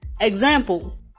example